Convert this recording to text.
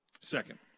Second